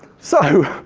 so,